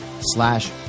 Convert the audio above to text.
slash